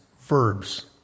verbs